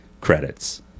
credits